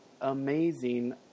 amazing